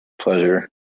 Pleasure